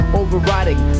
overriding